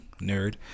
nerd